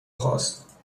خاست